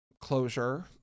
closure